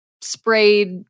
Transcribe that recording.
sprayed